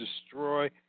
destroy